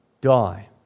die